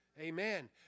Amen